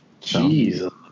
Jesus